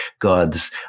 God's